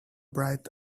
bright